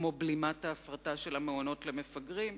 כמו בלימת ההפרטה של המעונות למפגרים,